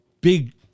big